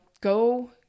go